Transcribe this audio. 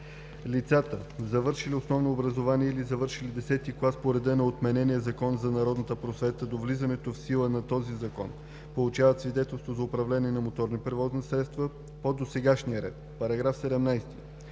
Лицата, завършили основно образование или завършили X клас по реда на отменения Закон за народната просвета до влизането в сила на този Закон, получават свидетелство за управление на моторни превозни средства по досегашния ред. § 17.